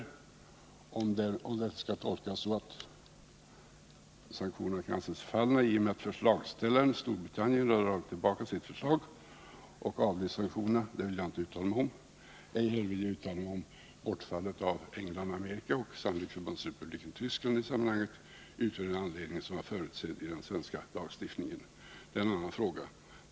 Huruvida detta sedan i det här sammanhanget skulle kunna tolkas så att sanktionerna kan anses förfallna i och med att förslagställaren, Storbritannien, dragit tillbaka sitt förslag vill jag inte uttala mig om. Ej heller vill jag uttala mig om huruvida bortfallet av England, Amerika och sannolikt även Förbundsrepubliken Tyskland i sammanhanget utgör en sådan anledning som var förutsedd i den svenska lagstiftningen — det är en annan fråga.